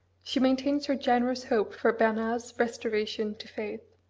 she maintains her generous hope for bernard's restoration to faith.